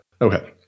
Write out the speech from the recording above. Okay